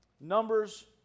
Numbers